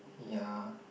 ya